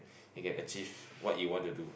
you can achieve what you want to do